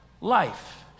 life